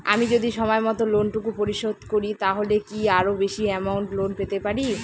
আমি যদি সময় মত লোন টুকু পরিশোধ করি তাহলে কি আরো বেশি আমৌন্ট লোন পেতে পাড়ি?